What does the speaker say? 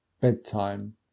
Bedtime